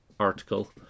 article